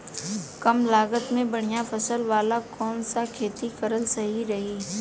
कमलागत मे बढ़िया फसल वाला कौन सा खेती करल सही रही?